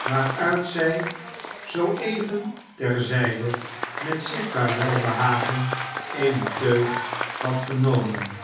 waaruit zij zoo even ter zijde met zichtbaar welbehagen eene teug had genomen